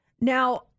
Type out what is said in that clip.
Now